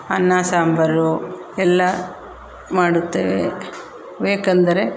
ಅನ್ನ ಸಾಂಬಾರು ಎಲ್ಲ ಮಾಡುತ್ತೇವೆ ಬೇಕೆಂದರೆ